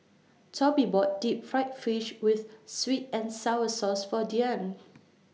Tobie bought Deep Fried Fish with Sweet and Sour Sauce For Dyan